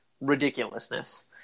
ridiculousness